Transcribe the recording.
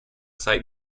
site